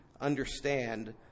understand